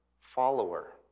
follower